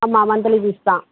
ஆமாம் monthly fees தான்